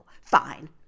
Fine